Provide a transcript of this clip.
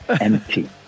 Empty